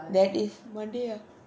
that is monday ah